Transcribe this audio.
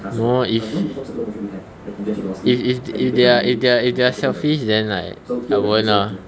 no if if if if they're if they're if they're selfish then like I won't lah